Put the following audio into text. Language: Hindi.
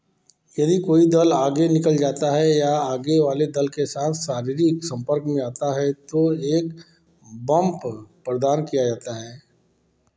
यदि कोई दल आगे निकल जाता है या आगे वाले दल के साथ शारीरिक संपर्क में आता है तो एक बम्प प्रदान किया जाता है